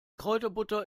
kräuterbutter